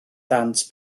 ddant